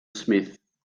smith